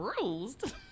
Bruised